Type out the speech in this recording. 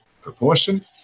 proportion